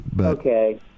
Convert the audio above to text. Okay